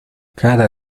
cada